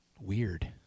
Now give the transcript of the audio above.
weird